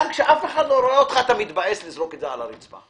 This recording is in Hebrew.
גם כשאף אחד לא רואה אותך אתה מתבאס לזרוק נייר על הרצפה.